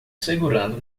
segurando